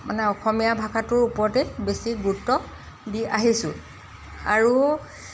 মানে অসমীয়া ভাষাটোৰ ওপৰতে বেছি গুৰুত্ব দি আহিছোঁ আৰু